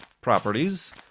properties